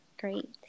Great